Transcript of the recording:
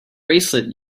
bracelet